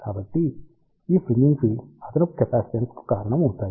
కాబట్టి ఈ fringing fields అదనపు కెపాసిటెన్స్కు కారణమవుతాయి